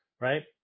right